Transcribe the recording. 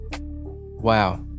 wow